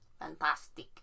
Fantastic